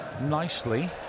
nicely